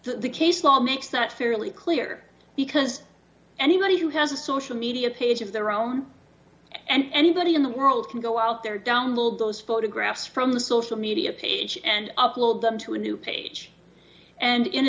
the case law makes that fairly clear because anybody who has a social media page of their own and anybody in the world can go out there download those photographs from the social media page and upload them to a new page and in